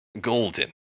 golden